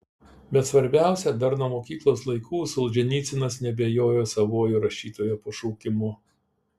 bet svarbiausia dar nuo mokyklos laikų solženicynas neabejojo savuoju rašytojo pašaukimu